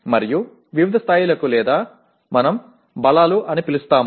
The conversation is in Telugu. మరియు వివిధ స్థాయిలకు లేదా మనం బలాలు అని పిలుస్తాము